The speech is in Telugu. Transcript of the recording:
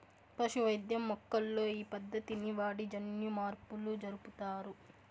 పశు వైద్యం మొక్కల్లో ఈ పద్దతిని వాడి జన్యుమార్పులు జరుపుతారు